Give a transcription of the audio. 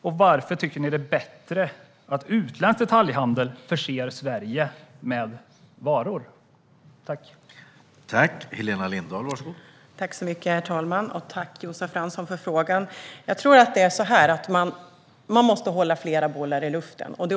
Och varför tycker ni att det är bättre att utländsk detaljhandel förser Sverige med varor?